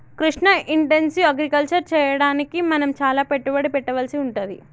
Krishna intensive agriculture చెయ్యడానికి మనం చాల పెట్టుబడి పెట్టవలసి వుంటది